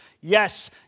Yes